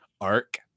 arc